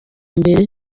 mbere